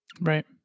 Right